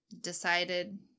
decided